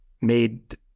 made